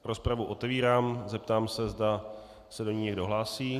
Rozpravu otevírám, zeptám se, zda se do ní někdo hlásí.